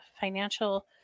financial